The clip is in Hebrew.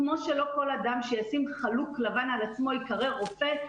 כמו שלא כל אדם שישים חלוק לבן על עצמו ייקרא רופא,